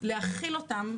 להכיל אותם,